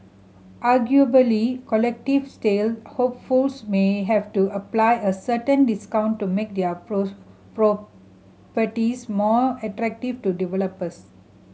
arguably collective sale hopefuls may have to apply a certain discount to make their properties more attractive to developers